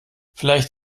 vielleicht